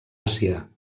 àsia